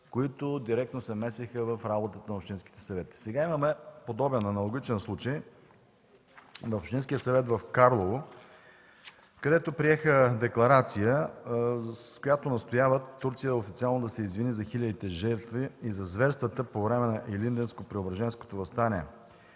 които директно се месеха в работата на общинските съвети. Сега имаме подобен, аналогичен случай на Общинския съвет в Карлово, където приеха декларация, с която настояват Турция официално да се извини за хилядите жертви и за зверствата по време на Илинденско-Преображенското въстание,